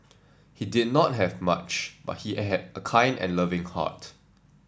he did not have much but he had a kind and loving heart